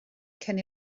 cyn